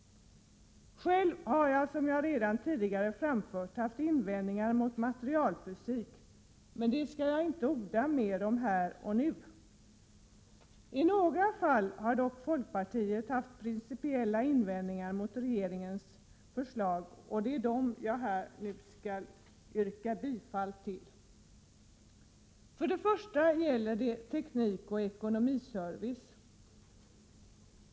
Själv har jag, som jag redan framfört, haft invändningar i fråga om materialfysik, men detta skall jag inte orda mer om här och nu. I några fall har dock folkpartiet haft principiella invändningar mot regeringens förslag, och det är de som jag nu skall ta upp. För det första gäller det teknikoch ekonomiservice.